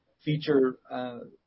feature